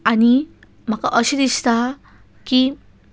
आनी म्हाका अशें दिसता की